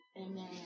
Amen